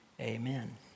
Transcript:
Amen